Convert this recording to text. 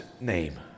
name